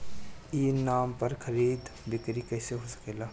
ई नाम पर खरीद बिक्री कैसे हो सकेला?